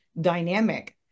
dynamic